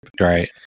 Right